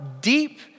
deep